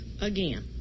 again